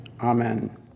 Amen